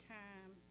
time